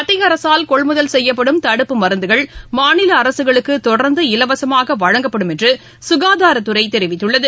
மத்திய அரசால் கொள்முதல் செய்யப்படும் தடுப்பு மருந்துகள் மாநில அரசக்களுக்கு தொடர்ந்து இலவசமாக வழங்கப்படும் என்று சுகாதாரத்துறை தெரிவித்துள்ளது